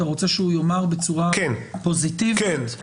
אתה רוצה שהוא יאמר בצורה פוזיטיבית --- כן.